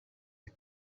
you